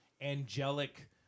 angelic